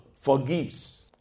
forgives